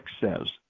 says